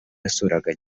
yasuraga